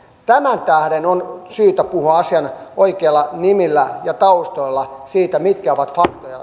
tämän tähden on syytä puhua asian oikeilla nimillä ja taustoilla siitä mitkä ovat